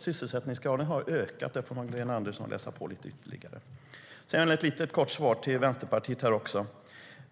Sysselsättningsgraden har alltså ökat. Där får Magdalena Andersson läsa på lite ytterligare. Sedan har jag en kort fråga till Vänsterpartiet.